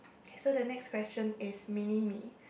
so the next question is mini me